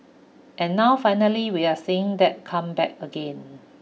and now finally we're seeing that come back again